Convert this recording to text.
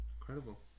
Incredible